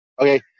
Okay